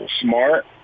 smart